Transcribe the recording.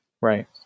Right